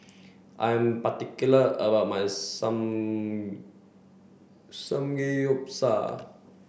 I am particular about my Sam Samgeyopsal